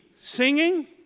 singing